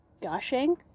Gushing